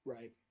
Right